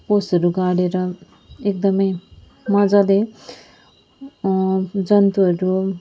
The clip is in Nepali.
पोस्टहरू गाडेर एकदमै मजाले जन्तुहरू